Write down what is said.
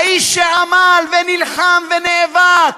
האיש שעמל, ונלחם ונאבק,